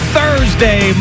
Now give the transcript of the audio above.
Thursday